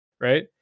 right